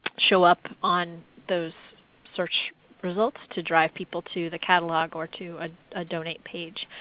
show up on those search results to drive people to the catalog or to ah a donate page.